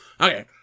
Okay